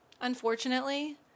unfortunately